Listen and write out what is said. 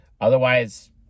Otherwise